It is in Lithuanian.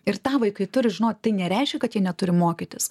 ir tą vaikai turi žinoti tai nereiškia kad ji neturi mokytis